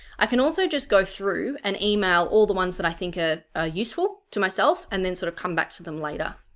i can also just go through and email all the ones that i think are ah ah useful to myself and then sort of come back to them later.